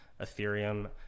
Ethereum